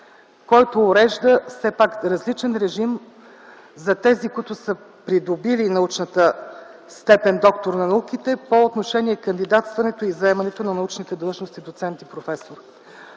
който урежда различен режим за тези, които са придобили научната степен „доктор на науките”, по отношение кандидатстването и заемането на научните длъжности „доцент” и „професор”.